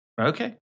Okay